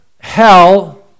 hell